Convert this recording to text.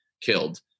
killed